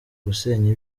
gusenya